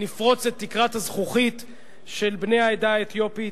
נפרוץ את תקרת הזכוכית של בני העדה האתיופית.